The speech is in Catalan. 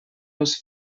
els